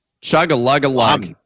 chug-a-lug-a-lug